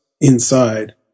inside